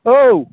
औ